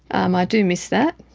um i do miss that,